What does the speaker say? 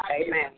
Amen